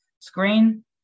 screen